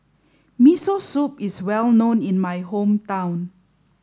Miso Soup is well known in my hometown